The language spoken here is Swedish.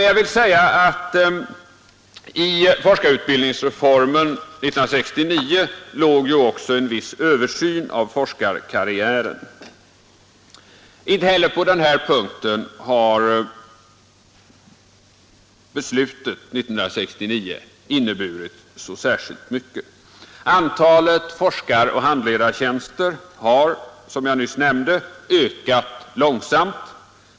Jag vill säga att i forskarutbildningsreformen 1969 låg ju också en viss översyn av forskarkarriären. Inte heller på den punkten har beslutet 1969 inneburit särskilt mycket. Antalet forskaroch handledartjänster har, som jag nyss nämnde, ökat mycket långsamt.